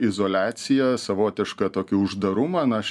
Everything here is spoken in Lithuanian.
izoliacija savotišką tokį uždarumą na aš